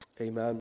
Amen